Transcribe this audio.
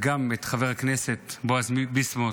וגם את חבר הכנסת בועז ביסמוט,